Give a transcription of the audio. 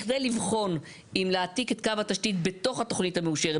בכדי לבחון אם להעתיק את קו התשתית בתוך התוכנית המאושרת,